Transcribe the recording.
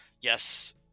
yes